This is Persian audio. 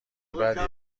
بدیه